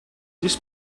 this